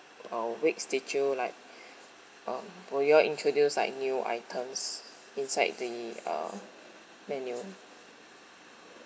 uh weeks did you like um for you all introduce like new items inside the uh menu